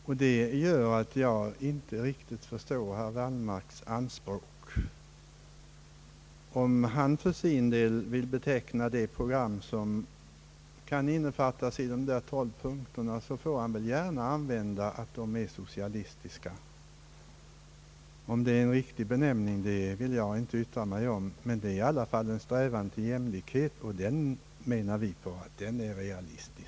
Allt detta gör att jag inte riktigt förstår herr Wallmarks anspråk. Om herr Wallmark för sin del vill beskriva det program som innefattas i de tolv punkterna, får han gärna säga att det är socialistiskt. Huruvida det är en riktig benämning vill jag inte yttra mig om, men punkterna innefattar i alla fall en strävan till jämlikhet, och den anser jag är realistisk.